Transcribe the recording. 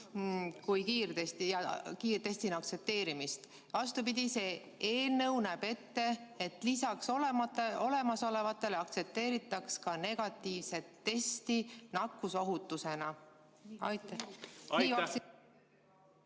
kiirtesti aktsepteerimisega. Vastupidi, see eelnõu näeb ette, et lisaks olemasolevatele aktsepteeritaks ka negatiivset testi nakkusohutuse tõendina. Aitäh